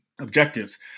objectives